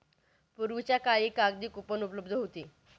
पूर्वीच्या काळी कागदी कूपन उपलब्ध होती